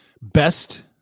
best